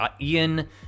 Ian